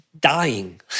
dying